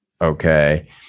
Okay